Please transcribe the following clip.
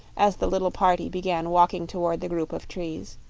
as the little party began walking toward the group of trees,